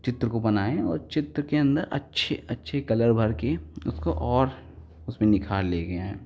चित्र को बनाए और चित्र के अंदर अच्छे अच्छे कलर भरकर उसको और उसमें निखार लेकर आए